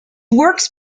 works